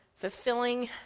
fulfilling